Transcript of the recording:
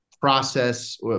process